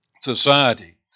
society